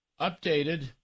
updated